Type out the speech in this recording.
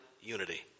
unity